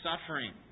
suffering